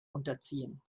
unterziehen